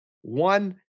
one